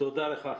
תודה לך.